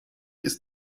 ist